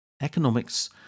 Economics